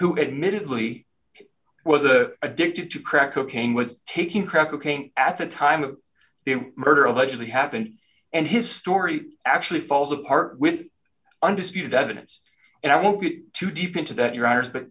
who admittedly was a addicted to crack cocaine was taking crack cocaine at the time of the murder allegedly happened and his story actually falls apart with undisputed evidence and i won't get too deep into that your hours but